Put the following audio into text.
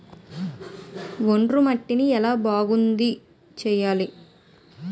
ఒండ్రు మట్టిని ఎలా బాగుంది చేయాలి?